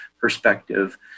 perspective